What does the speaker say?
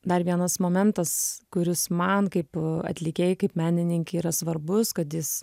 dar vienas momentas kuris man kaip atlikėjai kaip menininkei yra svarbus kad jis